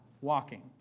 walking